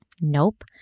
Nope